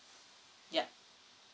yup